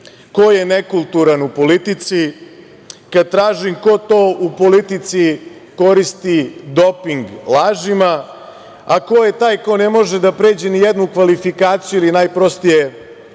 ko je nekulturan u politici, kad tražim ko to u politici koristi doping lažima, a ko je taj ko ne može da pređe nijednu kvalifikaciju ili najprostije